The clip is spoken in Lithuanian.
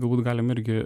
galbūt galim irgi